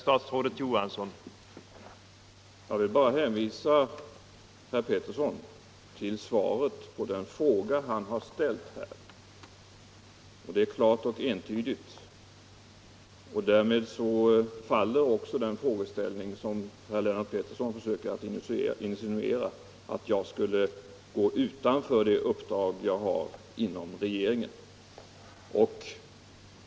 Herr talman! Jag vill bara hänvisa herr Pettersson i Lund till svaret på den fråga han har ställt här. Det är klart och entydigt, och därmed faller också herr Lennart Petterssons försök att insinuera att jag skulle gå utanför det uppdrag jag har inom regeringen.